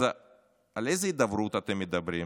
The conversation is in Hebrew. אז על איזו הידברות אתם מדברים?